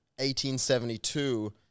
1872